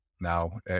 now